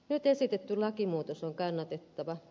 nyt esitetty lakimuutos on kannatettava